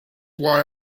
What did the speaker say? why